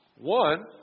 One